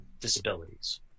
disabilities